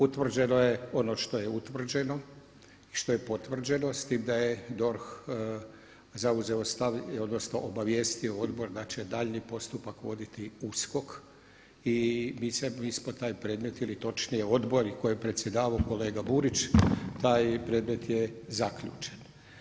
Utvrđeno je ono što je utvrđeno i što je potvrđeno, s tim da je DORH zauzeo stav odnosno obavijestio odbor da će daljnji postupak voditi USKOK i … taj predmet ili točnije odbor i tko je predsjedavao, kolega Burić, taj predmet je zaključen.